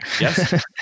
Yes